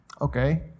Okay